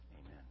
amen